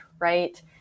right